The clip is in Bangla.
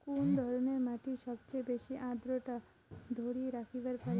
কুন ধরনের মাটি সবচেয়ে বেশি আর্দ্রতা ধরি রাখিবার পারে?